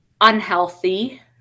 unhealthy